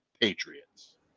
Patriots